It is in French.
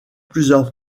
plusieurs